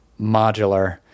modular